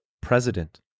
president